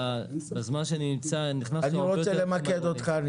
בזמן שאני נמצא אנחנו נכנסנו הרבה יותר --- אני רוצה למקד אותך בשאלה,